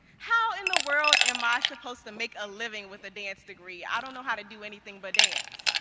how in the world am i supposed to make a living with a dance degree? i don't know how to do anything but dance.